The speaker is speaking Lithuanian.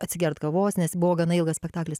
atsigert kavos nes buvo gana ilgas spektaklis